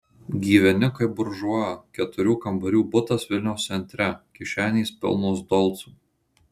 gyveni kaip buržua keturių kambarių butas vilniaus centre kišenės pilnos dolcų